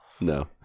No